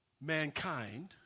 mankind